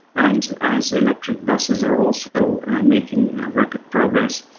and as electric buses are also making rapid progress,